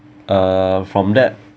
uh from that